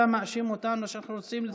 אתה מאשים אותנו שאנחנו רוצים לצבור נשק?